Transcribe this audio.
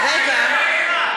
רגע.